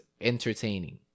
entertaining